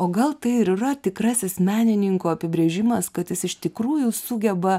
o gal tai ir yra tikrasis menininko apibrėžimas kad jis iš tikrųjų sugeba